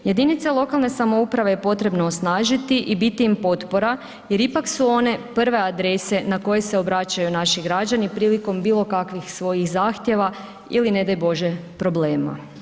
Jedinice lokalne samouprave je potrebno osnažiti i biti im potpora jer ipak su one prve adrese na koje se obraćaju naši građani prilikom bilokakvih svojih zahtjeva ili ne daj bože problema.